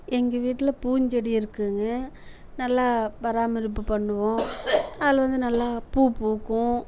எங்கள் வீட்டில் பூஞ்செடி இருக்குது ங்க நல்லா பராமரிப்பு பண்ணுவோம் அதில் வந்து நல்லா பூ பூக்கும்